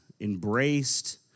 embraced